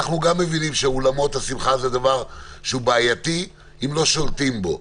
אנחנו גם מבינים שאולמות השמחה הוא דבר שהוא בעייתי אם לא שולטים בו.